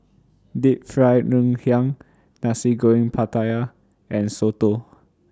Deep Fried Ngoh Hiang Nasi Goreng Pattaya and Soto